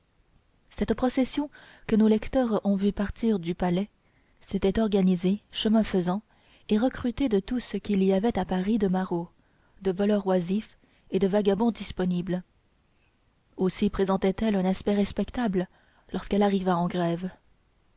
cette procession que nos lecteurs ont vue partir du palais s'était organisée chemin faisant et recrutée de tout ce qu'il y avait à paris de marauds de voleurs oisifs et de vagabonds disponibles aussi présentait elle un aspect respectable lorsqu'elle arriva en grève